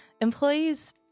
Employees